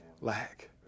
lack